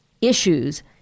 issues